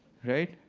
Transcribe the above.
right?